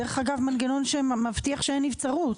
דרך אגב מנגנון שמבטיח שאין נבצרות,